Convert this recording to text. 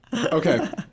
Okay